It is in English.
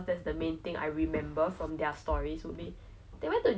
mm that's true the language barrier maybe a bit of a difficult thing